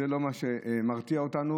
זה לא מה שמרתיע אותנו,